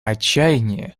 отчаяние